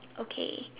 okay